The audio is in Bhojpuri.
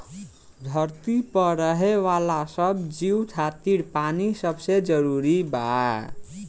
धरती पर रहे वाला सब जीव खातिर पानी सबसे जरूरी बा